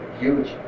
huge